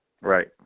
Right